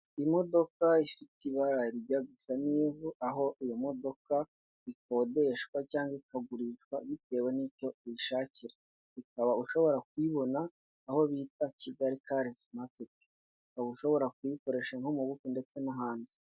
Imodoka ifite ibara rijya gusa n'ivu, aho iyo modoka ikodeshwa cyangwa ikagurishwa, bitewe n'icyo uyishakira. Ukaba ushobora kuyibona aho bita kigali cars market. Ukaba ushobora kuyikoresha nko mu bukwe ndetse n'ahandi.